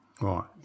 Right